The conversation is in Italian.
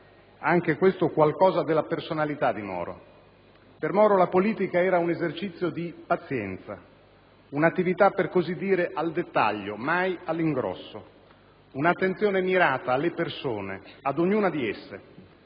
anche questo qualcosa della personalità di Moro. Per Moro la politica era un esercizio di pazienza, un'attività per così dire al dettaglio, mai all'ingrosso; un'attenzione mirata alle persone, ad ognuna di esse.